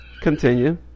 Continue